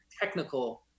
technical